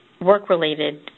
work-related